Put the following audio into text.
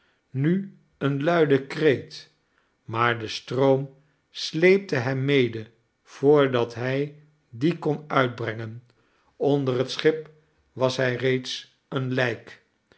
nu een luide kreet maar de stroom sleepte hem mede voordat hij dien kon uitbrengen onder het schip was hij reeds een lijk